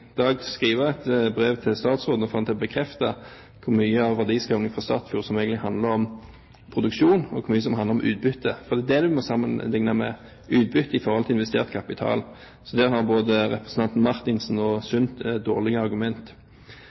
dag skrive et brev til statsråden og få ham til å bekrefte hvor mye av verdiskapingen fra Statfjord som egentlig handler om produksjon, og hvor mye som handler om utbytte. For det er det man må sammenligne med – utbytte i forhold til investert kapital. Så her har både representantene Marthinsen og Sund dårlige